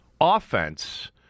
offense